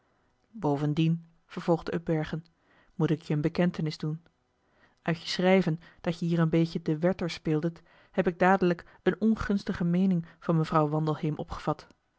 bovendien vervolgde upbergen moet ik je een bekentenis doen uit je schrijven dat je hier een beetje den werther speeldet heb ik dadelijk een ongunstige meening van mevrouw wandelheem opgevat